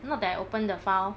not that I open the file